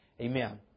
Amen